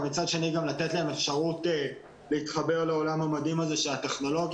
ומצד שני גם לתת להם את האפשרות להתחבר לעולם המדהים הזה של הטכנולוגיה.